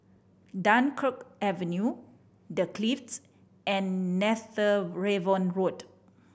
Dunkirk Avenue The Clift and Netheravon Road